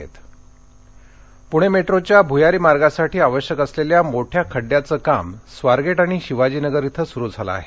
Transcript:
पणे मेटो पुणे मेट्रोच्या भुयारी मार्गासाठी आवश्यक असलेल्या मोठ्या खड्ड्याचं काम स्वारगेट आणि शिवाजीनगर इथं सुरु झालं आहे